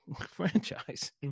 franchise